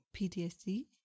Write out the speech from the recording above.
PTSD